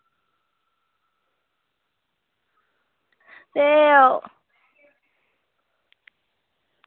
ते